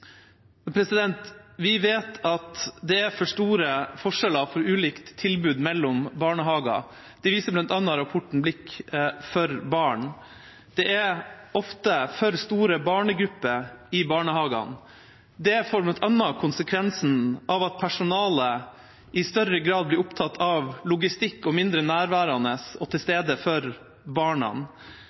vi vet at det er for store forskjeller og for ulikt tilbud mellom barnehager. Det viser bl.a. rapporten fra Blikk for barn. Det er ofte for store barnegrupper i barnehagene. Det får bl.a. den konsekvensen at personalet i større grad blir opptatt av logistikk, og de blir mindre nærværende og til stede for